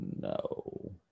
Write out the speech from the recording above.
No